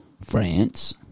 France